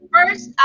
First